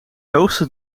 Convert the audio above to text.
hoogste